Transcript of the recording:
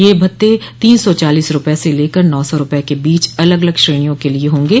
यह भत्ते तीन सौ चालीस रूपये से लेकर नौ सौ रूपये के बीच अलग अलग श्रेणियों के लिए होंगे